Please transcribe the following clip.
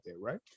right